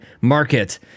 market